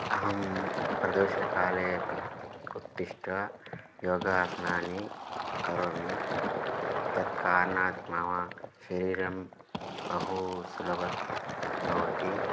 अहं प्रदोषकाले उत् उत्थाय योगासनानि करोमि तेन कारणेन मम शरीरं बहु सुलभं भवति